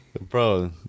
Bro